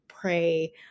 pray